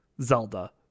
Zelda